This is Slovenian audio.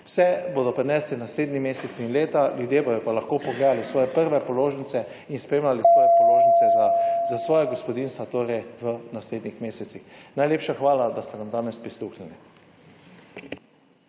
Vse bodo prinesli naslednji mesec in leta, ljudje bodo pa lahko pogledali svoje prve položnice in spremljali svoje položnice za svoja gospodinjstva, torej v naslednjih mesecih. Najlepša hvala, da ste nam danes prisluhnili.